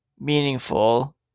meaningful